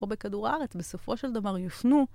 או בכדור הארץ, בסופו של דבר יופנו